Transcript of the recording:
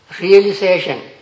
realization